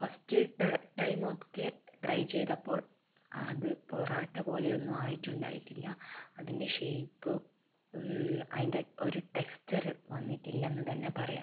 first ട time ഒക്കെ try ചെയ്തപ്പോൾ അത് പൊറോട്ട പോലെ ഒന്നും ആയിട്ടുണ്ടായിട്ടില്ല അതിൻ്റെ ഷെയ്പ്പ് അയിൻ്റെ ഒരു ടെക്സ്റ്ററ് വന്നിട്ടില്ലെന്ന് തന്നെ പറയാം